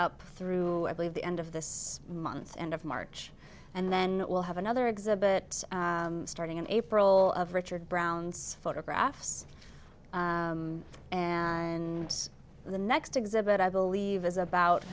out through i believe the end of this month's end of march and then we'll have another exhibit starting in april of richard brown's photographs and the next exhibit i believe is about